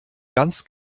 ganz